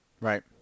Right